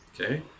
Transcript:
okay